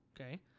Okay